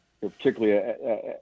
particularly